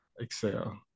exhale